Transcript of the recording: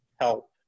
help